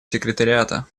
секретариата